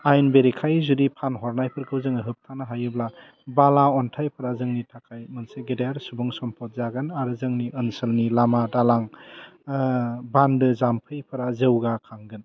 आयेन बेरेखायै जुदि फानहरनायफोरखौ जोङो होबथानो हायोब्ला बाला अन्थाइफोरा जोंनि थाखाय मोनसे गेदेर सुबुं सम्फद जागोन आरो जोंनि ओनसोलनि लामा दालां बान्दो जाम्फैफ्रा जौगाखांगोन